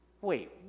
Wait